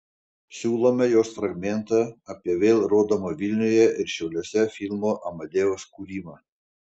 siūlome jos fragmentą apie vėl rodomo vilniuje ir šiauliuose filmo amadeus kūrimą